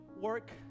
work